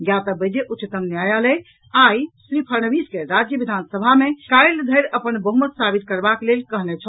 ज्ञातव्य अछि जे उच्चतम न्यायालय आइ श्री फडणवीस के राज्य विधानसभा में काल्हि धरि अपन बहुमत साबित करबाक लेल कहने छल